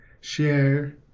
share